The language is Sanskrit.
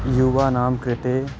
यूनां कृते